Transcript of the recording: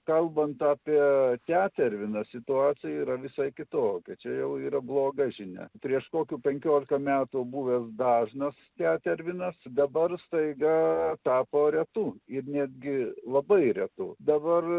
kalbant apie teterviną situacija yra visai kitokia čia jau yra bloga žinia prieš kokių penkiolika metų buvęs dažnas tetervinas dabar staiga tapo retu ir netgi labai retu dabar